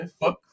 Fuck